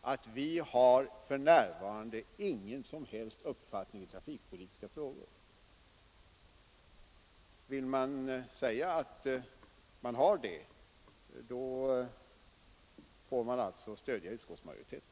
att riksdagen för närvarande inte skulle ha någon som helst uppfattning i trafikpolitiska frågor. Om man har det får man alltså stödja utskottsmajoriteten.